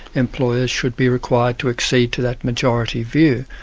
employers should be required to accede to that majority view.